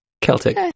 celtic